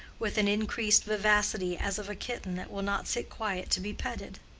with an increased vivacity as of a kitten that will not sit quiet to be petted.